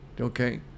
okay